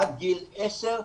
עד גיל 10,